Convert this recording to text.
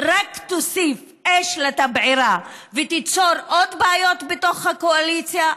רק תוסיף אש לתבערה ותיצור עוד בעיות בתוך הקואליציה,